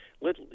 let